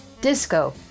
disco